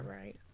right